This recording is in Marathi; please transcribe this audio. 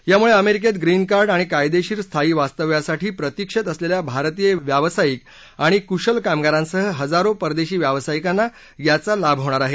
यामुळे अमेरिकेत ग्रीनकार्ड आणि कायदेशीर स्थायी वास्तव्यासाठी प्रतीक्षेत असलेल्या भारतीय व्यावसायिक आणि कुशल कामगारांसह हजारो परदेशी व्यावसायिकांना याचा लाभ होणार आहे